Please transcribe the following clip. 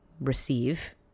receive